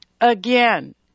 again